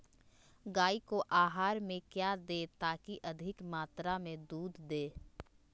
गाय को आहार में क्या दे ताकि अधिक मात्रा मे दूध दे?